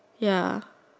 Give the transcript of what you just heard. ya